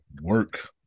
work